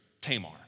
Tamar